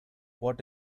what